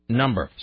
number